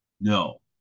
No